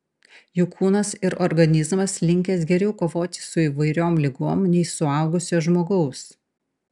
jų kūnas ir organizmas linkęs geriau kovoti su įvairiom ligom nei suaugusio žmogaus